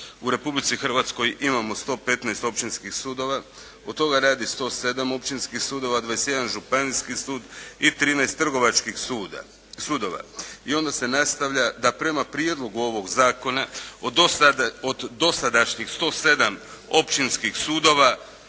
u Republici Hrvatskoj imamo 115 općinskih sudova. Od toga radi 107 Općinskih sudova, 21 Županijski sud i 13 Trgovačkih sudova. I onda se nastavlja da prema Prijedlogu ovog zakona od dosadašnjih 107 Općinskih sudova